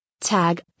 Tag